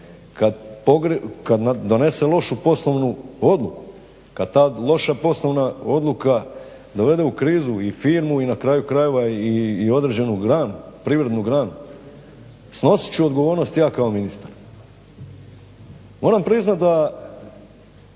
kada donese lošu poslovnu odliku kada ta loša poslovna odluka dovode u krizu i firmu i na kraju krajeva i određenu privrednu granu snosit ću odgovornost ja kao ministar. Moram priznati da